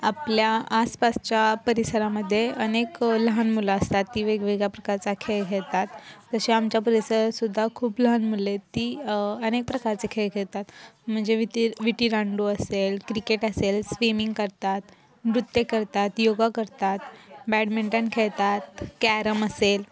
आपल्या आसपासच्या परिसरामध्ये अनेक लहान मुलं असतात ती वेगवेगळ्या प्रकारचा खेळ खेळतात जसे आमच्या परिसरात सुद्धा खूप लहान मुले ती अनेक प्रकारचे खेळ खेळतात म्हणजे विती विटीदांडू असेल क्रिकेट असेल स्विमिंग करतात नृत्य करतात योग करतात बॅडमिंटन खेळतात कॅरम असेल